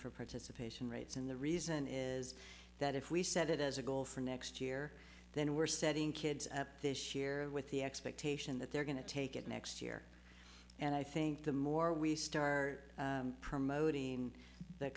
for participation rates and the reason is that if we set it as a goal for next year then we're setting kids up this year with the expectation that they're going to take it next year and i think the more we start promoting the